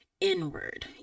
inward